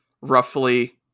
roughly